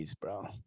bro